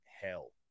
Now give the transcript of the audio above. hell